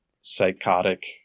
psychotic